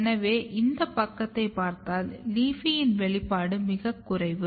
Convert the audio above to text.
எனவே இந்த பக்கத்தைப் பார்த்தால் LEAFY இன் வெளிப்பாடு மிகக் குறைவு